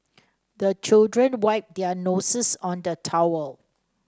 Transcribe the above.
the children wipe their noses on the towel